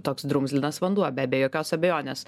toks drumzlinas vanduo be be jokios abejonės